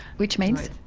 which means?